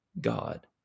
God